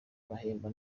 guhembwa